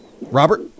Robert